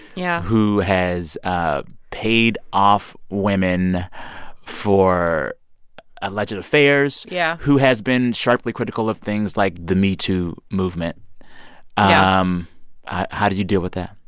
yeah. who has ah paid off women for alleged affairs. yeah. who has been sharply critical of things like the metoo movement yeah um how do you deal with that?